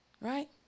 right